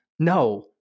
No